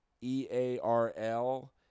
E-A-R-L